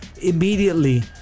immediately